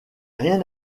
rien